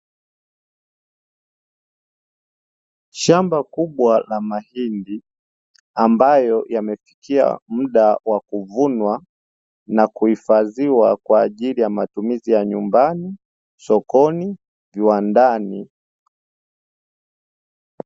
Shamba kubwa la mahindi ambayo yamefikia muda wa kuvunwa na kuhifadhiwa kwa ajili ya matumizi ya nyumbani, sokoni na viwandani.